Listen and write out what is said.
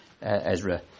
Ezra